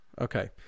Okay